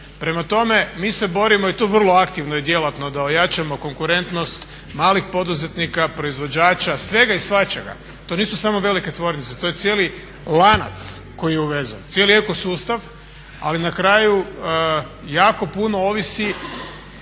Prema tome, mi se borimo i to vrlo aktivno i djelatno da ojačamo konkurentnost malih poduzetnika, proizvođača, svega i svačega. To nisu samo velike tvornice. To je cijeli lanac koji je uvezen, cijeli eko sustav. Ali na kraju jako puno ovisi